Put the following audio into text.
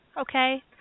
Okay